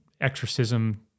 exorcism